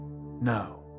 no